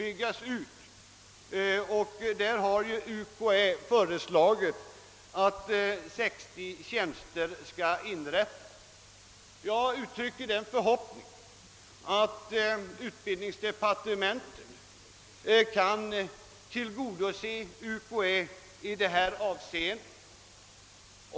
UKA har därvidlag föreslagit att 60 tjänster skall inrättas. Jag uttrycker den förhoppningen att utbildningsdepartementet skall kunna tillgodose UKA i detta avseende.